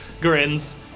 grins